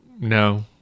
No